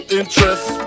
interest